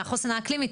מהחוסן האקלימי,